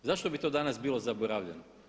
Zašto bi to danas bilo zaboravljeno?